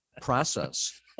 process